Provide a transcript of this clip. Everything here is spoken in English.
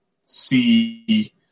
see